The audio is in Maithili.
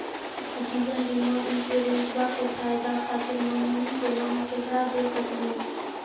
जीवन बीमा इंश्योरेंसबा के फायदा खातिर नोमिनी के नाम केकरा दे सकिनी?